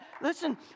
listen